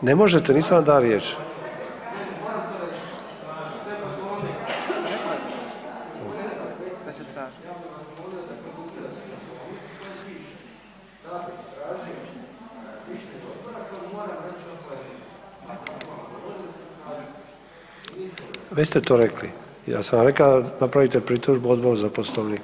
ne možete nisam vam dao riječ … [[Upadica: Govornik nije uključen.]] već ste to rekli, ja sam vam rekao da napravite pritužbu Odboru za poslovnik.